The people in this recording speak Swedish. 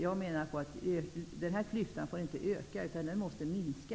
Jag menar att klyftan inte får öka utan måste minska.